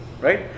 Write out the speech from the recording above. right